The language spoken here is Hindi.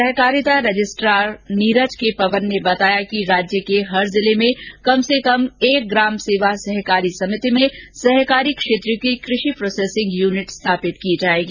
सहकारिता रजिस्ट्रार नीरज के पवन ने बताया कि राज्य के हर जिले में कम से कम एक ग्राम सेवा सहकारी समिति में सहकारी क्षेत्र की कृषि प्रोसेसिंग यूनिट स्थापित की जाएगी